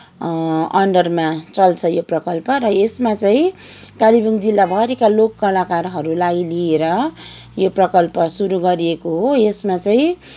अन्डरमा चल्छ यो प्रकल्प र यसमा चाहिँ कालिम्पोङ जिल्लाभरिका लोक कलाकारहरूलाई लिएर यो प्रकल्प सुरु गरिएको हो यसमा चाहिँ